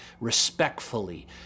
respectfully